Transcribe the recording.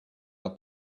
are